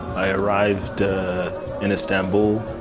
i arrived in istanbul